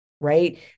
right